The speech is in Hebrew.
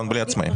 בלי עצמאים.